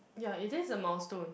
ya it is a milestone